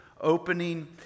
opening